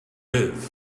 liv